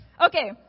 Okay